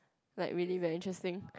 like really very interesting